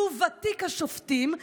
שהוא ותיק השופטים,